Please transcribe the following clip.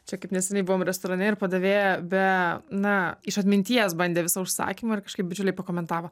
čia kaip neseniai buvom restorane ir padavėja be na iš atminties bandė visą užsakymą ir kažkaip bičiuliai pakomentavo